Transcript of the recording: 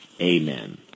Amen